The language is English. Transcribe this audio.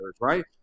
right